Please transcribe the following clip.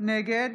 נגד